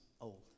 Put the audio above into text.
old